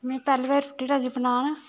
में पैह्ली बारी रुट्टी लगी बनान